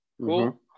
Cool